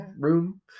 room